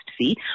see